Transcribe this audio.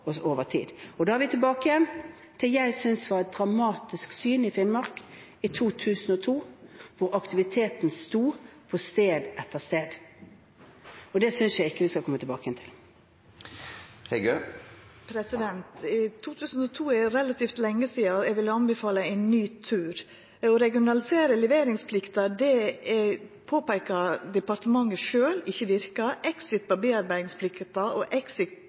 også over tid. Da er vi tilbake igjen til det jeg synes var et dramatisk syn i Finnmark i 2002, hvor aktiviteten sto på sted etter sted, og det synes jeg ikke vi skal komme tilbake igjen til. 2002 er jo relativt lenge sidan, og eg vil anbefala ein ny tur. Å regionalisera leveringsplikta påpeika departementet sjølv ikkje verka. Exit av tilverkingsplikta og exit